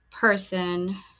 person